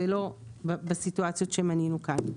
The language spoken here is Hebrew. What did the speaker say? ולא בסיטואציות שמנינו כאן.